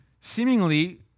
seemingly